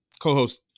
co-host